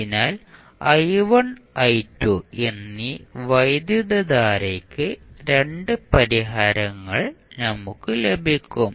അതിനാൽ എന്നീ വൈദ്യുതധാരയ്ക്ക് 2 പരിഹാരങ്ങൾ നമുക്ക് ലഭിക്കും